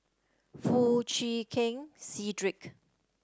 Foo Chee Keng Cedric